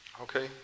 Okay